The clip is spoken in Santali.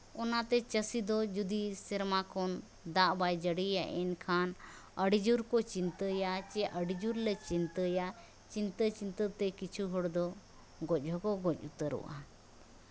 ᱚᱱᱟᱛᱮ ᱪᱟᱹᱥᱤ ᱫᱚ ᱡᱩᱫᱤ ᱥᱮᱨᱢᱟ ᱠᱷᱚᱱ ᱫᱟᱜ ᱵᱟᱭ ᱡᱟᱹᱲᱤᱭᱟ ᱮᱱᱠᱷᱟᱱ ᱟᱹᱰᱤ ᱡᱳᱨ ᱠᱚ ᱪᱤᱱᱛᱟᱹᱭᱟ ᱪᱮᱫ ᱟᱹᱰᱤ ᱡᱳᱨᱞᱮ ᱪᱤᱱᱛᱟᱹᱭᱟ ᱪᱤᱱᱛᱟᱹ ᱪᱤᱱᱛᱟᱹᱛᱮ ᱠᱤᱪᱷᱩ ᱦᱚᱲ ᱫᱚ ᱜᱚᱡ ᱦᱚᱸᱠᱚ ᱜᱚᱡ ᱩᱛᱟᱹᱨᱚᱜᱼᱟ